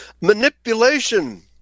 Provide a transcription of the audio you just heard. Manipulation